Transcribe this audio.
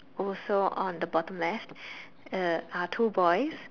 also on the bottom left uh are two boys